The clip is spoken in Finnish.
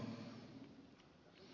puhemies